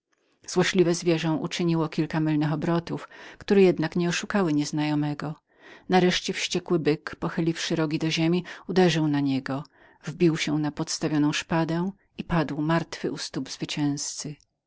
złośliwe zwierze uczyniło kilka mylnych obrotów które jednak nie oszukały nieznajomego nareszcie wściekły byk pochyliwszy rogi do ziemi uderzył na niego wbił się na przedstawioną mu szpadę i padł martwy u stóp zwycięzcy